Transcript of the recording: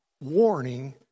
warning